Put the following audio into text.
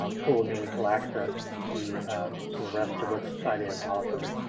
um full and meaningful access to to the rest of what society has to offer.